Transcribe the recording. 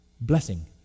blessing